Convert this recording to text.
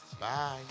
Bye